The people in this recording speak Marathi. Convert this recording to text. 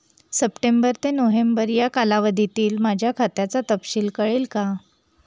सप्टेंबर ते नोव्हेंबर या कालावधीतील माझ्या खात्याचा तपशील कळेल का?